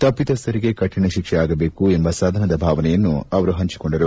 ತಪ್ಪಿತಸ್ವರಿಗೆ ಕಠಿಣ ಶಿಕ್ಷೆ ಆಗಬೇಕು ಎಂಬ ಸದನದ ಭಾವನೆಯನ್ನು ಅವರು ಪಂಚಿಕೊಂಡರು